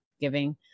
giving